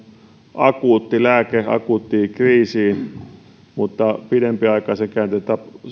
akuutti lääke akuuttiin kriisiin mutta pidempiaikaisen käytön